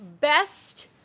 best